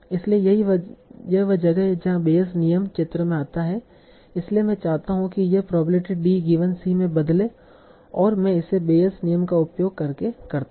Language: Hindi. इसलिए यही वह जगह है जहाँ बेयस नियम चित्र में आता है इसलिए मैं चाहता हूं कि यह प्रोबेबिलिटी d गिवन c में बदले और मैं इसे बेयस नियम का उपयोग करके करता हु